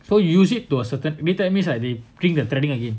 so you use it to a certain means means like they bring the threading again